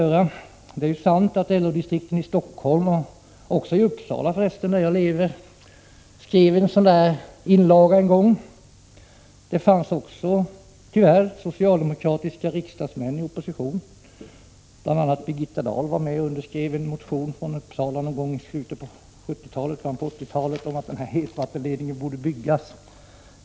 Det är sant att LO-distriktet i Stockholm och i Uppsala, där jag lever, en gång skrev en inlaga i den frågan. Det var tyvärr också en del socialdemokratiska riksdagsmän i opposition — bl.a. Birgitta Dahl — som någon gång i slutet av 1970-talet eller början av 1980-talet skrev en motion om att hetvattenledningen borde byggas.